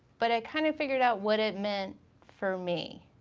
but i kinda figured out what it meant for me.